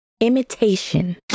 Imitation